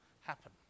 happen